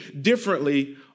differently